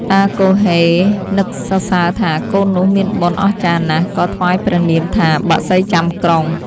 តាគហ៊េនឹកសរសើរថា កូននោះមានបុណ្យអស្ចារ្យណាស់ ក៏ថ្វាយព្រះនាមថា " បក្សីចាំក្រុង " ។